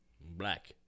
Black